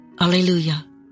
Alleluia